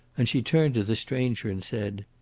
and she turned to the stranger and said,